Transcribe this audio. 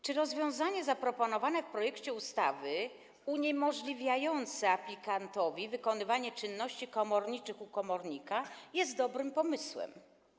Czy rozwiązanie zaproponowane w projekcie ustawy uniemożliwiające aplikantowi wykonywanie czynności komorniczych u komornika jest dobrym pomysłem?